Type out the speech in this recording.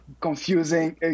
confusing